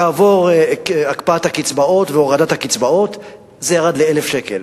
כעבור הקפאת הקצבאות והורדת הקצבאות זה ירד ל-1,000 שקל.